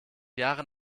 jahre